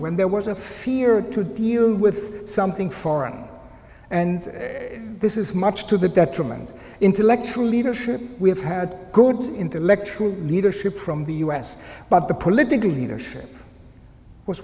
when there was a fear to deal with something foreign and this is much to the detriment intellectual leadership we have had good intellectual leadership from the us but the political leadership was